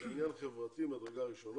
זה עניין חברתי ממדרגה ראשונה,